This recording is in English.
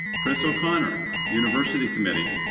kris o'connor, university committee.